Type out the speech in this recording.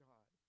God